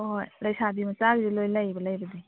ꯍꯣꯏ ꯍꯣꯏ ꯂꯩꯁꯥꯕꯤ ꯃꯆꯥꯒꯤꯁꯨ ꯂꯣꯏ ꯂꯩꯌꯦꯕ ꯂꯩꯕꯗꯤ